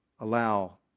allow